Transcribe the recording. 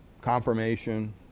confirmation